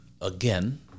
again